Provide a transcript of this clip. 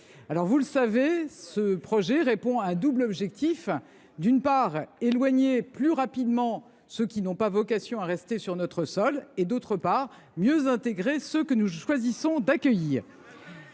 loi vise à atteindre un double objectif : d’une part, éloigner plus rapidement ceux qui n’ont pas vocation à rester sur notre sol ; d’autre part, mieux intégrer ceux que nous choisissons d’accueillir.